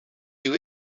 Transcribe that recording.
you